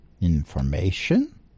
Information